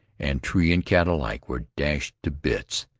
and tree and cat alike were dashed to bits.